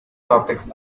topics